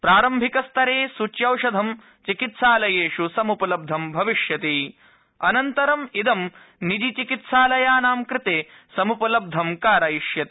प्रारम्भिकस्तरे सूच्यौषधं चिकित्सालयेष् समुपलब्धं भविष्यति अनन्तरम इद निजी चिकित्सालयानां कृते समुपलब्धं कारयिष्यते